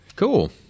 Cool